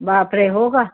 बापरे हो का